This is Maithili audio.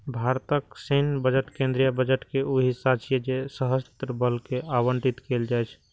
भारतक सैन्य बजट केंद्रीय बजट के ऊ हिस्सा छियै जे सशस्त्र बल कें आवंटित कैल जाइ छै